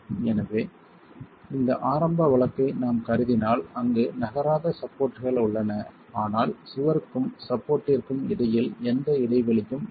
எனவே இந்த ஆரம்ப வழக்கை நாம் கருதினால் அங்கு நகராத சப்போர்ட்கள் உள்ளன ஆனால் சுவருக்கும் சப்போர்ட்ற்கும் இடையில் எந்த இடைவெளியும் இல்லை